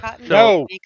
No